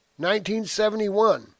1971